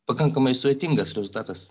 pakankamai sudėtingas rezultatas